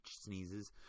sneezes